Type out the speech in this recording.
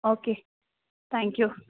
okay thank you